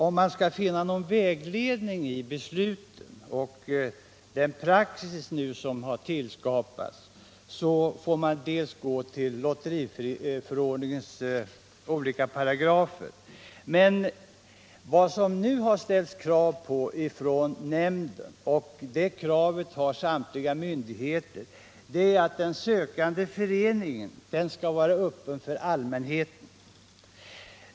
Om man skall finna någon vägledning i besluten och den praxis som tillskapats, får man gå till lotteriförordningens olika paragrafer. Vad nämnden nu kräver — ett krav som samtliga myndigheter ställer — är att den sökande föreningen skall vara öppen för allmänheten.